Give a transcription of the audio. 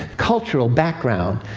cultural background.